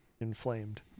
inflamed